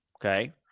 okay